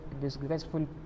disgraceful